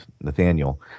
Nathaniel